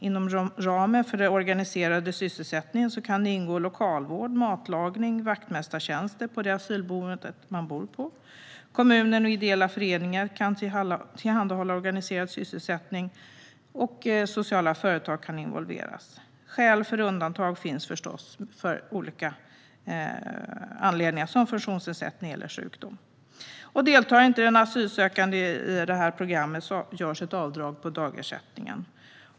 Inom ramen för den organiserade sysselsättningen kan det ingå lokalvård, matlagning eller vaktmästartjänster på det asylboende man bor på. Kommunen och ideella föreningar kan tillhandahålla organiserad sysselsättning, och sociala företag kan involveras. Skäl för undantag finns förstås, till exempel på grund av funktionsnedsättning eller sjukdom. Om den asylsökande inte deltar i programmet görs ett avdrag på dagersättningen.